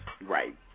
Right